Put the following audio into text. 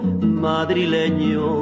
madrileño